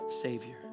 savior